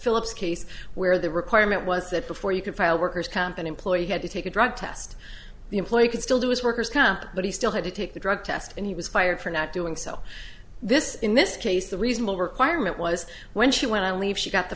phillips case where the requirement was that before you could file workers comp an employee had to take a drug test the employee could still do as worker's comp but he still had to take the drug test and he was fired for not doing so this in this case the reasonable requirement was when she went on leave she got the